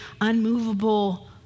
unmovable